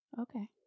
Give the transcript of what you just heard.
Okay